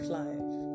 life